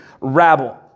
rabble